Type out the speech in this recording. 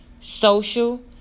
social